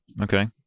okay